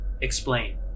Explain